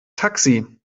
taxi